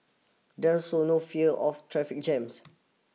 there is also no fear of traffic jams